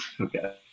Okay